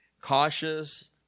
cautious